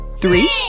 Three